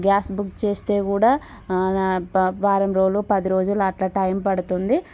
gas book చేస్తే కూడా వారం రోజులు పది రోజులు అట్లా టైం పడుతుంది